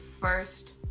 First